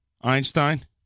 Einstein